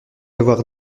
avoir